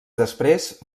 després